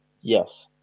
Yes